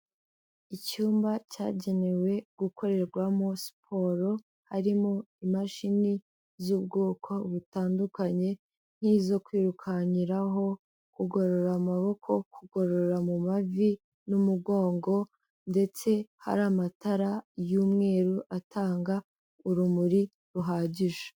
Icyumba cyagenewe gukorerwamo siporo, harimo imashini z'ubwoko butandukanye nk'izo kwirukankiraho, kugorora amaboko, kugorora mu mavi n'umugongo ndetse hari amatara y'umweru atanga urumuri ruhagije.